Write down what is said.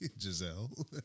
Giselle